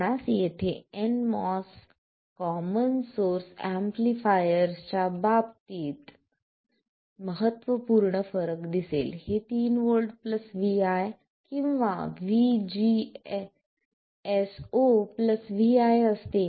आपणास येथे nMOS common source एम्पलीफायरर्सच्या बाबतीत महत्त्वपूर्ण फरक दिसेल हे 3 V vi किंवा VGS0 vi असते